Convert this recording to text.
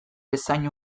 bezain